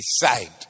decide